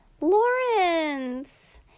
Lawrence